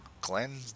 Glenn